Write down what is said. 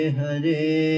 Hare